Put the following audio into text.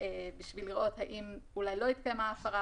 צריך לזכור את זה כאשר דנים בגובה הסכומים.